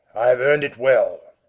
i have earned it well!